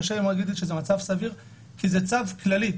קשה לי מאוד להגיד שזה מצב סביר כי זה צו כללי.